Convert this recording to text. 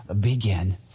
begin